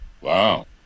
Wow